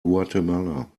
guatemala